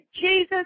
Jesus